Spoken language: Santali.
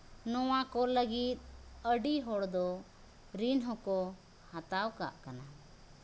ᱱᱚᱣᱟ ᱠᱚ ᱞᱟᱹᱜᱤᱫ ᱟᱹᱰᱤ ᱦᱚᱲ ᱫᱚ ᱨᱤᱱ ᱦᱚᱸᱠᱚ ᱦᱟᱛᱟᱣ ᱠᱟᱜ ᱠᱟᱱᱟ